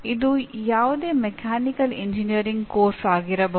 ಇದು ಯಾವುದೇ mechanical engineering ಪಠ್ಯಕ್ರಮ ಆಗಿರಬಹುದು